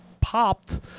popped